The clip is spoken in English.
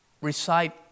recite